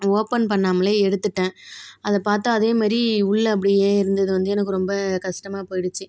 open பண்ணாமலேயே எடுத்துட்டேன் அதை பார்த்தா அதே மாரி உள்ளே அப்படியே இருந்தது வந்து எனக்கு ரொம்ப கஷ்டமாக போயிடுச்சு